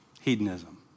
hedonism